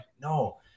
no